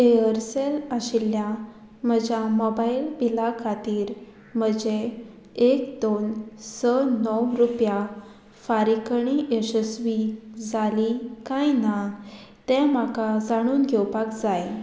एअरसेल आशिल्ल्या म्हज्या मोबायल बिला खातीर म्हजें एक दोन स णव रुपया फारीकणी यशस्वी जाली काय ना तें म्हाका जाणून घेवपाक जाय